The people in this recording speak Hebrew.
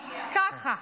ככה.